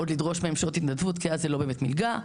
עוד לדרוש מהם שעות התנדבות כי אז זה לא באמת מלגה,